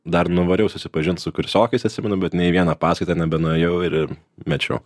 dar nuvariau susipažint su kursiokais atsimenu bet nei į vieną paskaitą nebenuėjau ir ir mečiau